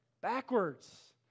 backwards